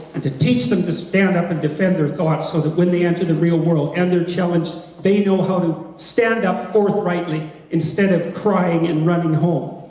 and to teach them to stand up to and defend their thoughts so that when they enter the real world and they're challenged, they know how to stand up forthrightly, instead of crying and running home.